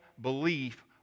belief